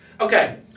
Okay